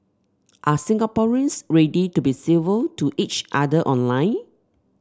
are Singaporeans ready to be civil to each other online